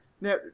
Now